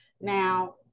now